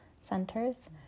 centers